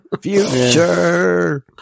Future